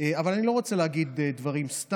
אבל אני לא רוצה להגיד סתם דברים.